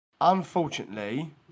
Unfortunately